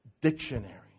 dictionary